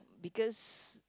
because